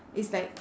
it's like